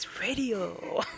radio